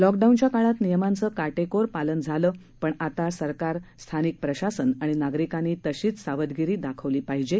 लॉकडाऊनच्या काळात नियमांचं काटेकोर पालन झालं पण आता सरकार स्थानिक प्रशासन आणि नागरिकांनी तशीच सावधगिरी दाखवली पाहिजे